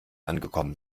angekommen